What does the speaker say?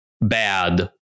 bad